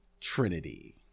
Trinity